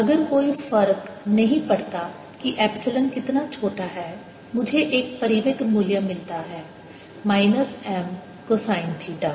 और कोई फर्क नहीं पड़ता कि एप्सिलॉन कितना छोटा है मुझे एक परिमित मूल्य मिलता है माइनस M कोसाइन थीटा